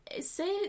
Say